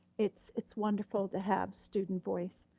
it's it's wonderful to have student voice.